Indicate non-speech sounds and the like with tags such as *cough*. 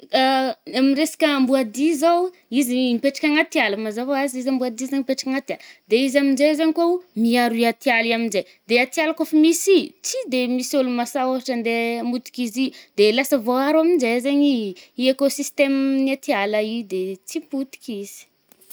*noise* A-ny amy resakà amboadia zao ah, izy mipetraka agnaty ala. Mazava ho azy izy amboadia zay mipetraka agnaty ala. De izy aminje zagny koao miaro iatiala i aminje, de iatiala kôfa misy i, tsy de misy ôlo masà ôhatra ande hamotiki izy ih, de lasa vôaro aminje zaigny i- *hesitation* i- écosystèmen’ny atiala i de tsy potiky izy.